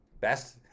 best